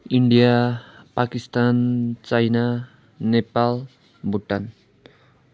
India Pakistan China Nepal Bhutan